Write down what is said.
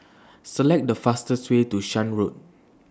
Select The fastest Way to Shan Road